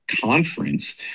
conference